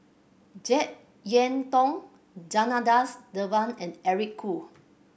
Jek Yeun Thong Janadas Devan and Eric Khoo